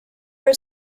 are